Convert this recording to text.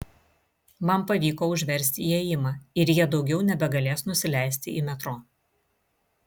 man pavyko užversti įėjimą ir jie daugiau nebegalės nusileisti į metro